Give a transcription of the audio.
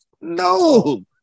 No